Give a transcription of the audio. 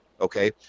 okay